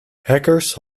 hackers